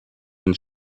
den